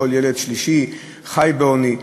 כל ילד שלישי חי בעוני,